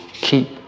keep